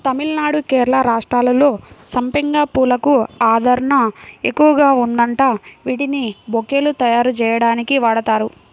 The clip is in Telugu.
తమిళనాడు, కేరళ రాష్ట్రాల్లో సంపెంగ పూలకు ఆదరణ ఎక్కువగా ఉందంట, వీటిని బొకేలు తయ్యారుజెయ్యడానికి వాడతారు